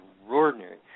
extraordinary